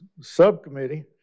Subcommittee